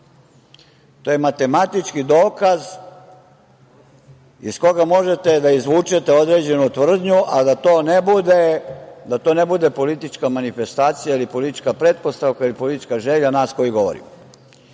To je matematički dokaz iz koga možete da izvučete određenu tvrdnju, a da to ne bude politička manifestacija ili politička pretpostavka ili politička želja nas koji govorimo. Ja